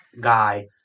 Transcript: guy